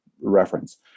reference